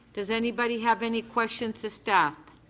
does anybody have any questions of staff?